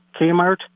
Kmart